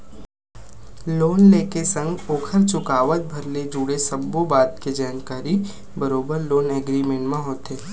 loan ले के संग ओखर चुकावत भर ले जुड़े सब्बो बात के जानकारी बरोबर लोन एग्रीमेंट म होथे